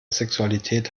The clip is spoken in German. sexualität